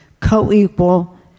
Co-equal